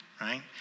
right